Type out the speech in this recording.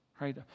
right